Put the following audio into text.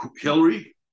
Hillary